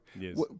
Yes